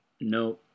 no